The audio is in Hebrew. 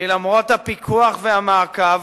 שלמרות הפיקוח והמעקב,